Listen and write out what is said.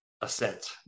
assent